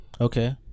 Okay